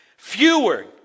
Fewer